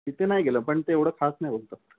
तिथे नाही गेलं पण ते एवढं खास नाही बोलतात